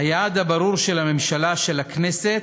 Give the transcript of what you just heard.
היעד הברור של הממשלה, של הכנסת,